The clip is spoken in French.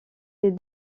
des